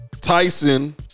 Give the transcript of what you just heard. Tyson